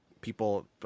people